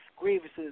grievances